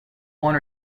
one